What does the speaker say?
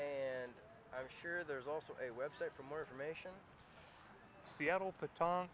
and i'm sure there's also a website for more information seattle